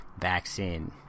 vaccine